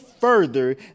further